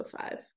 five